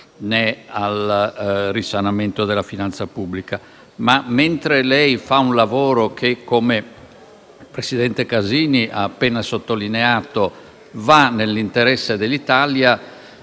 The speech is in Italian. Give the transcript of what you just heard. né al risanamento della finanza pubblica. Mentre però lei fa un lavoro che - come il presidente Casini ha appena sottolineato - va nell'interesse dell'Italia,